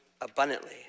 abundantly